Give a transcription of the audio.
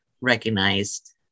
recognized